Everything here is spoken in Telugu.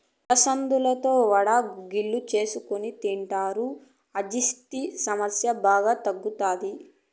అలసందలతో వడలు, గుగ్గిళ్ళు చేసుకొని తింటారు, అజీర్తి సమస్య బాగా తగ్గుతాది